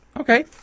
Okay